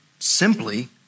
Simply